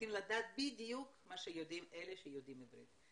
צריכים לדעת בדיוק מה שיודעים אלה שיודעים עברית,